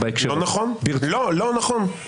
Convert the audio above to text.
לא, לא נכון, לא, לא נכון.